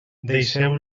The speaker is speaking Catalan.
deixeu